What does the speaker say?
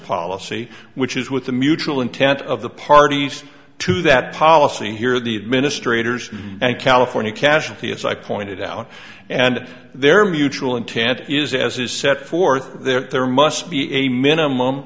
policy which is with the mutual intent of the parties to that policy here the administrators and california casualty as i pointed out and their mutual intent is as is set forth there must be a minimum